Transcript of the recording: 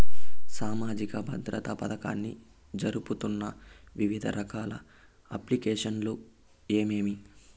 సామాజిక భద్రత పథకాన్ని జరుపుతున్న వివిధ రకాల అప్లికేషన్లు ఏమేమి?